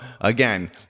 again